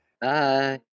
Bye